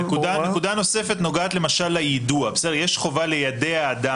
הכול נכון, אבל קונספטואלית זו הסיבה להבדל.